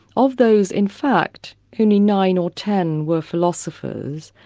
of those, in fact, only nine or ten were philosophers.